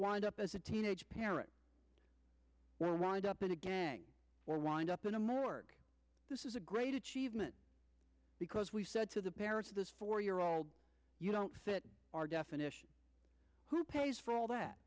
wind up as a teenage parent will wind up in a gang or wind up in a morgue this is a great achievement because we said to the parents of this four year old you don't fit our definition who pays for all that